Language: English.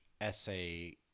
essay